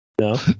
No